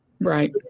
Right